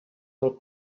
del